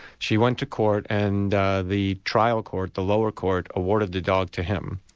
she went to court and the trial court, the lower court, awarded the dog to him,